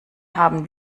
haben